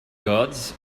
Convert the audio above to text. gods